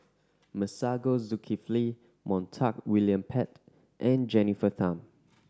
Masagos Zulkifli Montague William Pett and Jennifer Tham